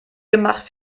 gemacht